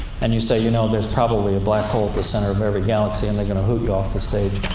and you say, you know, there's probably a black hole at the center of every galaxy, and they're going to hoot you off the stage.